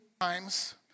times